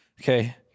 Okay